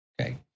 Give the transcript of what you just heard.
okay